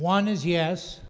one is yes